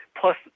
plus